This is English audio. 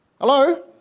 Hello